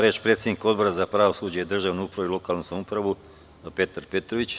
Reč ima predsednik Odbora za pravosuđe, državnu upravu i lokalnu samoupravu Petar Petrović.